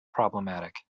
problematic